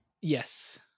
Yes